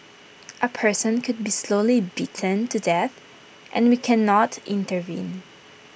A person could be slowly beaten to death and we cannot intervene